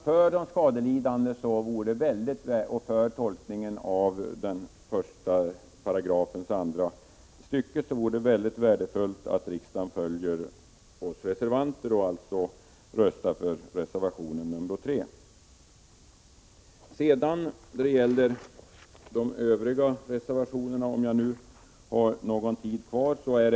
För de skadelidande och för tolkningen av 1 § 2:a stycket vore det mycket värdefullt om riksdagen följer oss reservanter och alltså röstar för reservation 3